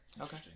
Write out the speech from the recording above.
Okay